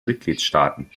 mitgliedstaaten